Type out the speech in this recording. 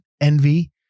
Envy